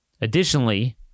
Additionally